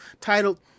titled